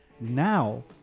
now